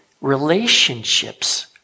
relationships